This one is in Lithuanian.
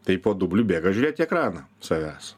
tai po dublių bėga žiūrėt į ekraną savęs